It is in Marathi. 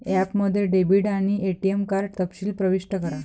ॲपमध्ये डेबिट आणि एटीएम कार्ड तपशील प्रविष्ट करा